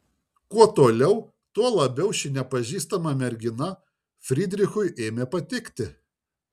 kuo toliau tuo labiau ši nepažįstama mergina frydrichui ėmė patikti